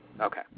Okay